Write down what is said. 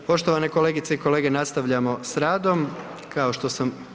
Poštovane kolegice i kolege nastavljamo s radom kao što sam